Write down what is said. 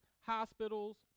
hospitals